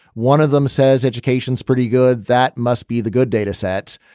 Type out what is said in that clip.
one of them says, education's pretty good. that must be the good data sets.